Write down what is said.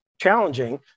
challenging